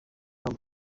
haba